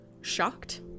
shocked